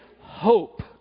hope